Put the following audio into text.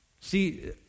See